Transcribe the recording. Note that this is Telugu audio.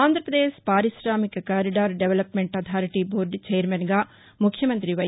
ఆంధ్రప్రదేశ్ పార్కికామిక కారిడార్ డెవలప్మెంట్ అథారిటీ బోర్డు ఛైర్మస్గా ముఖ్యమంతి వై